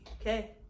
okay